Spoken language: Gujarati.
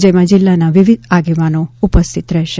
જેમાં જિલ્લાના વિવિધ આગેવાનો ઉપસ્થિત રહેશે